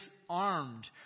disarmed